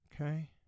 Okay